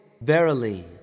Verily